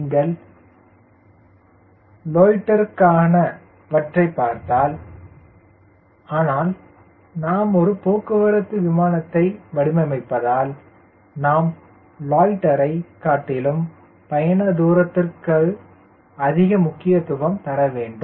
நீங்கள் லோய்ட்டரிக்கிற்கானவற்றை பார்த்தால் ஆனால் நாம் ஒரு போக்குவரத்து விமானத்தை வடிவமைப்பதால் நாம் லோய்ட்டரைக் காட்டிலும் பயண தூரத்திற்கு அதிக முக்கியத்துவம் தரவேண்டும்